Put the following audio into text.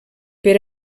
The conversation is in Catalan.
per